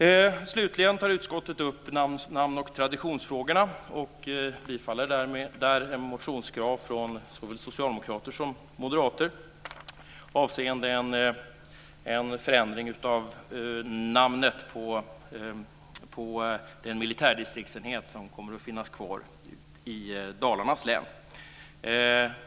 Utskottet tar också upp namn och traditionsfrågorna och tillstyrker där ett motionskrav från såväl socialdemokrater som moderater avseende en förändring av namnet på den militärdistriktsenhet som kommer att finnas kvar i Dalarnas län.